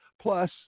Plus